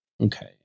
Okay